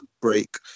break